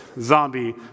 zombie